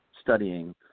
studying